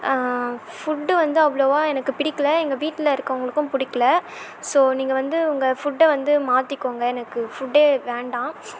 food வந்து அவ்வளோவா எனக்கு பிடிக்கலை எங்கள் வீட்டில் இருக்கவங்களுக்கும் பிடிக்கலை ஸோ நீங்கள் வந்து உங்கள் ஃபுட்டை வந்து மாற்றிக்கோங்க எனக்கு ஃபுட்டே வேண்டாம்